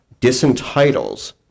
disentitles